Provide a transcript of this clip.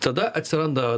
tada atsiranda